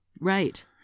Right